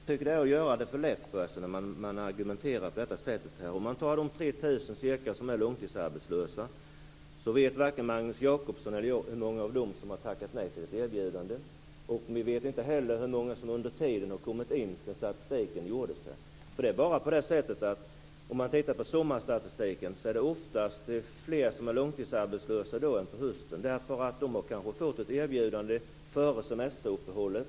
Fru talman! Jag tycker att man gör det för lätt för sig när man argumenterar på det här sättet. Om vi tar de ca 3 000 som är långtidsarbetslösa så vet varken Magnus Jacobsson eller jag hur många av dem som har tackat nej till ett erbjudande. Vi vet inte heller hur många som har kommit in sedan statistiken gjordes. Om tittar på sommarstatistiken är det ofta fler som är långtidsarbetslösa då än på hösten. De har kanske fått ett erbjudande före semesteruppehållet.